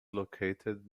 located